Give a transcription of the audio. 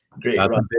great